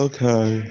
Okay